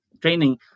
training